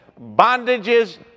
bondages